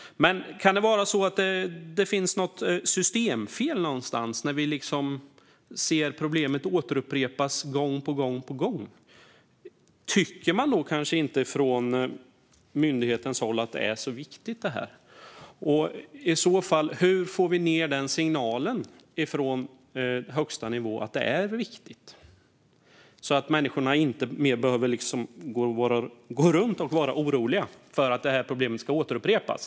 Men kan det vara så att det finns något systemfel någonstans när vi ser problemet återupprepas gång på gång? Tycker man kanske inte från myndighetens håll att det här är så viktigt? Och hur får vi i så fall ned signalen från högsta nivå att det är viktigt, så att människor inte behöver gå runt och vara oroliga för att detta problem ska återupprepas?